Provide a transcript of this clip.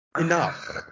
Enough